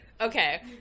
Okay